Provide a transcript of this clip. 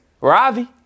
Ravi